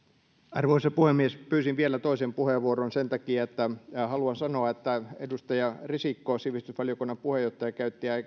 arvoisa puhemies pyysin vielä toisen puheenvuoron sen takia että haluan sanoa että edustaja risikko sivistysvaliokunnan puheenjohtaja käytti